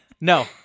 No